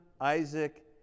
Isaac